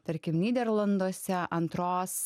tarkim nyderlanduose antros